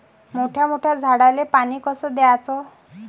मोठ्या मोठ्या झाडांले पानी कस द्याचं?